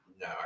No